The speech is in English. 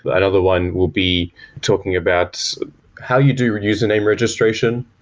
but another one, we'll be talking about how you do a username registration,